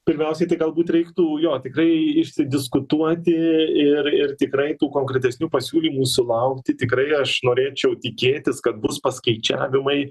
pirmiausiai tai galbūt reiktų jo tikrai išsidiskutuoti ir ir tikrai tų konkretesnių pasiūlymų sulaukti tikrai aš norėčiau tikėtis kad bus paskaičiavimai